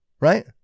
Right